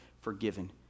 forgiven